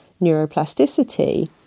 neuroplasticity